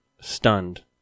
stunned